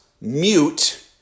mute